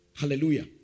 Hallelujah